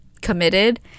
committed